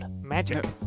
Magic